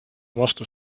vastu